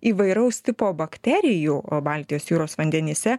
įvairaus tipo bakterijų baltijos jūros vandenyse